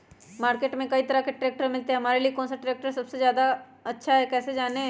Market में कई तरह के ट्रैक्टर मिलते हैं हमारे लिए कौन सा ट्रैक्टर सबसे अच्छा है कैसे जाने?